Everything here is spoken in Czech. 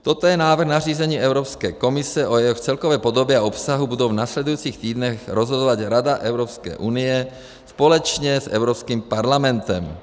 Toto je návrh nařízení Evropské komise, o jehož celkové podobě a obsahu budou v následujících týdnech rozhodovat Rada Evropské unie společně s Evropským parlamentem.